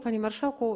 Panie Marszałku!